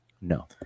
no